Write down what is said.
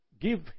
give